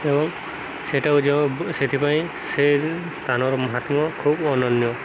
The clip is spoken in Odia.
ଏବଂ ସେଥିପାଇଁ ସେ ସ୍ଥାନର ମହାତ୍ମ ଖୁବ୍ ଅନନ୍ୟ